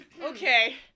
Okay